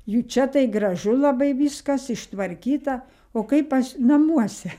juk čia tai gražu labai viskas ištvarkyta o kaip aš namuose